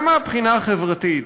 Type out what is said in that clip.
גם מהבחינה החברתית,